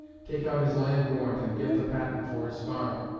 take out his land warrant and get the patent for his farm,